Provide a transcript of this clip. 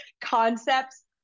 concepts